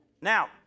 Now